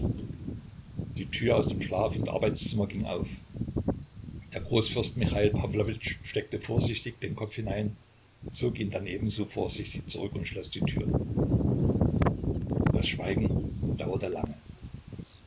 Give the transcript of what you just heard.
die tür aus dem schlaf und arbeitszimmer ging auf der großfürst michail pawlowitsch steckte vorsichtig den kopf hinein zog ihn dann ebenso vorsichtig zurück und schloß die tür das schweigen dauerte lange